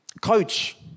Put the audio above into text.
Coach